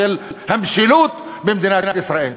של המשילות במדינת ישראל.